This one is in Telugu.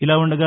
ఇలా ఉండగా